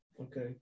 okay